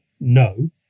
no